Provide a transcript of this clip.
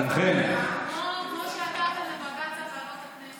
כמו שעתרת לבג"ץ על ועדות הכנסת.